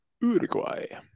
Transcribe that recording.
Uruguay